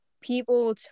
people